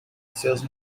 seus